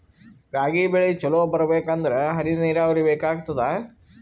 ರಾಗಿ ಬೆಳಿ ಚಲೋ ಬರಬೇಕಂದರ ಹನಿ ನೀರಾವರಿ ಬೇಕಾಗತದ?